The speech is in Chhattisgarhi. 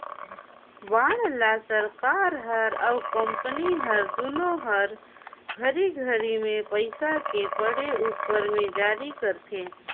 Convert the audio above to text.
बांड ल सरकार हर अउ कंपनी हर दुनो हर घरी घरी मे पइसा के पड़े उपर मे जारी करथे